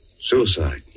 Suicide